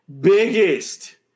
Biggest